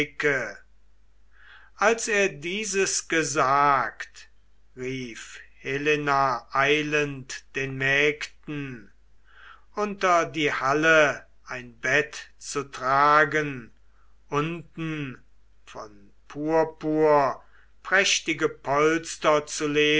als er dieses gesagt rief helena eilend den mägden unter die halle ein bette zu setzen unten von purpur prächtige polster zu